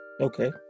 okay